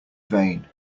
vain